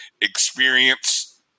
experience